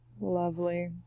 Lovely